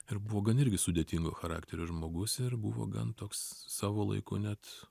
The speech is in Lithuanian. ir buvo gan irgi sudėtingo charakterio žmogus ir buvo gan toks savo laiku net